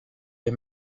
les